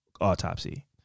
autopsy